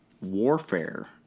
warfare